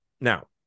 Now